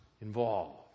involved